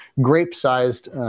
grape-sized